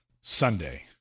Sunday